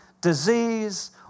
disease